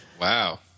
Wow